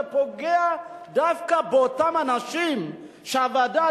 זה פוגע דווקא באותם אנשים שהוועדה,